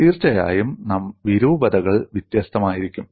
തീർച്ചയായും വിരൂപതകൾ വ്യത്യസ്തമായിരിക്കും